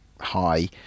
high